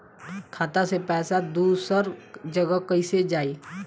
खाता से पैसा दूसर जगह कईसे जाई?